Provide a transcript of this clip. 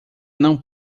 não